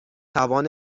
توان